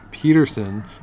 Peterson